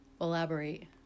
elaborate